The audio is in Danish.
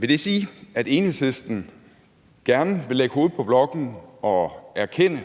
Vil det så sige, at Enhedslisten gerne vil lægge hovedet på blokken og erkende,